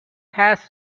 has